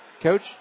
Coach